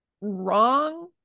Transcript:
wrong